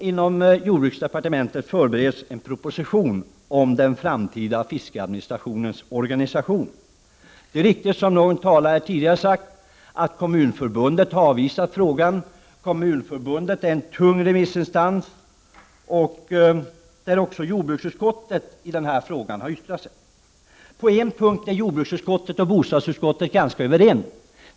Inom jordbruksdepartementet förbereds en proposition om den framtida fiskeriadministrationens organisation. Det är riktigt som någon talare tidigare har sagt att Kommunförbundet avvisar den frågan. Kommunförbundet är en tung remissinstans. Även jordbruksutskottet har yttrat sig i frågan. På 89 en punkt är jordbruksutskottet och bostadsutskottet överens.